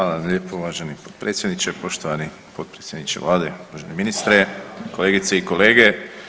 Hvala vam lijepo uvaženi potpredsjedniče, poštovani potpredsjedniče vlade, uvaženi ministre, kolegice i kolege.